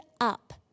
up